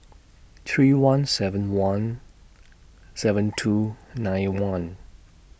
three one seven one seven two nine one